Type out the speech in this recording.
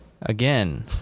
again